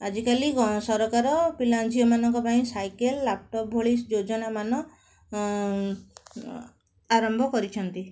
ଆଜିକାଲି ସରକାର ପିଲା ଝିଅମାନଙ୍କ ପାଇଁ ସାଇକେଲ ଲ୍ୟାପଟପ୍ ଭଳି ଯୋଜନାମାନ ଆରମ୍ଭ କରିଛନ୍ତି